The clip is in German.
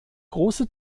große